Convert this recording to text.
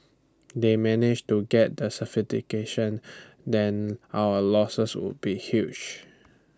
they managed to get the then our losses would be huge